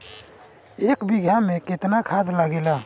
एक बिगहा में केतना खाद लागेला?